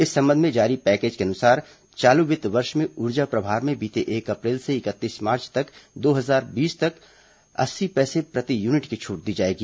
इस संबंध में जारी पैकेज के अनुसार चालू वित्त वर्ष में ऊर्जा प्रभार में बीते एक अप्रैल से इकतीस मार्च दो हजार बीस तक अस्सी पैसे प्रति यूनिट की छूट दी जाएगी